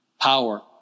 power